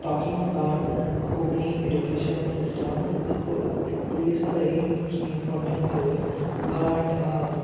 talking about Konkani education system it plays a very important role but